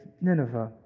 Nineveh